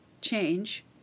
change